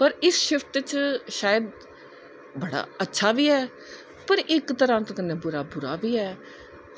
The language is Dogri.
पर इस शिफ्ट च शायद बड़ा अच्छा बी ऐ ते इक तरां कन्नै बड़ा बुरा बी ऐ